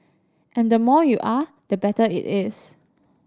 and the more you are the better it is